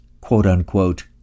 quote-unquote